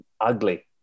ugly